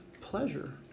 pleasure